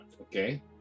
Okay